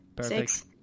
six